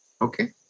Okay